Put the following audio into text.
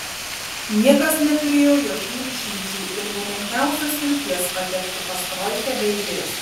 niekas neturėjo jokių išimčių ir nė menkiausios vilties patekti pas troikę be eilės